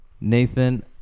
Nathan